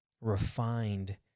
refined